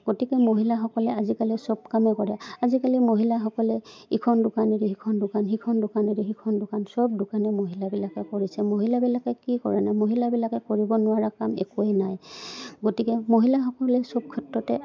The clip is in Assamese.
গতিকে মহিলাসকলে আজিকালি চব কামেই কৰে আজিকালি মহিলাসকলে ইখন দোকান এৰি সিখন দোকান সিখন দোকান এৰি সিখন দোকান চব দোকানে মহিলাবিলাকে কৰিছে মহিলাবিলাকে কি কৰে নাই মহিলাবিলাকে কৰিব নোৱাৰা কাম একোৱেই নাই গতিকে মহিলা সকলোৱে চব ক্ষেত্ৰতে